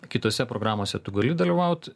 kitose programose tu gali dalyvaut